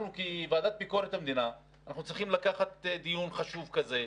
כוועדת ביקורת המדינה אנחנו צריכים לקחת דיון חשוב כזה,